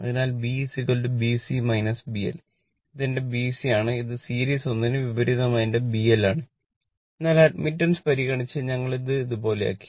അതിനാൽ BB C B L ഇത് എന്റെ B C യാണ് ഇത് സീരീസ് ഒന്നിന് വിപരീതമായി എന്റെ B L ആണ് എന്നാൽ അഡ്മിറ്റാൻസ് പരിഗണിച്ച് ഞങ്ങൾ ഇത് ഇതുപോലെയാക്കി